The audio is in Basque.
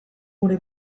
gure